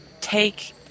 take